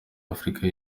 afurika